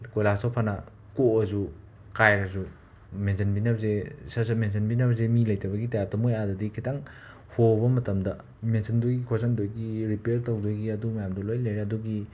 ꯀꯣꯏꯂꯥꯁꯇꯣ ꯐꯅ ꯀꯣꯛꯑꯁꯨ ꯀꯥꯏꯔꯁꯨ ꯃꯦꯟꯁꯤꯟꯕꯤꯅꯕꯁꯦ ꯁꯠ ꯁꯠ ꯃꯦꯟꯁꯤꯟꯕꯤꯅꯕꯁꯦ ꯃꯤ ꯂꯩꯇꯕꯒꯤ ꯇꯥꯏꯞꯇ ꯃꯣꯏ ꯑꯥꯗꯗꯤ ꯈꯤꯇꯪ ꯍꯣꯕ ꯃꯇꯝꯗ ꯃꯦꯟꯁꯤꯟꯗꯣꯏ ꯈꯣꯠꯆꯤꯟꯗꯣꯏꯒꯤ ꯔꯤꯄ꯭ꯌꯔ ꯇꯧꯗꯣꯏꯒꯤ ꯑꯗꯨ ꯃꯌꯥꯝꯗꯣ ꯂꯣꯏꯅ ꯂꯩꯔꯦ ꯑꯗꯨꯒꯤ